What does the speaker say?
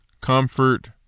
comfort